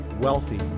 wealthy